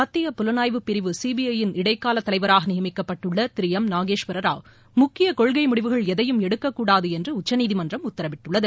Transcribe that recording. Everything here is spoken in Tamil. மத்திய புலனாய்வு பிரிவு சிபிஐ யின் இடைக்கால தலைவராக நியமிக்கப்பட்டுள்ள திரு எம் நாகேஷ்வரராவ் முக்கிய கொள்கை முடிவுகள் எதையும் எடுக்கக் கூடாது என்று உச்சநீதிமன்றம் உத்தரவிட்டுள்ளது